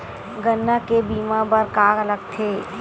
गन्ना के बीमा बर का का लगथे?